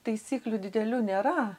taisyklių didelių nėra